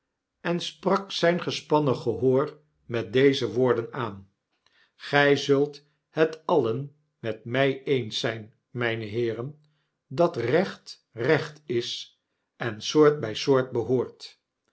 en sprak zyn gespannen gehoor met deze woorden aan gij zult het alien met my eens zyn myne heeren dat recht recht is en soort by soort behoort